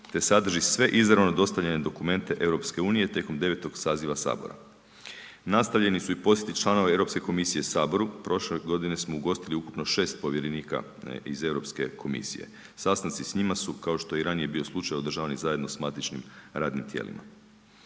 te sadrži izravno dostavljene dokumente EU tijekom 9. saziva Sabora. Nastavljeni su posjeti članova Europske komisije Saboru, prošle godine smo ugostili ukupno 6 povjerenika iz Europske komisije. Sastanci s njima su kao što je i ranije bio slučaj održavani zajedno sa matičnim radnim tijelima.